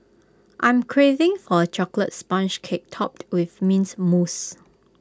I'm craving for A Chocolate Sponge Cake Topped with Mint Mousse